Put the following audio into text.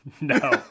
No